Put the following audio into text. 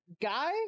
guy